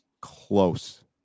close